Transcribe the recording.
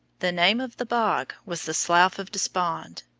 the name of the bog was the slough of despond,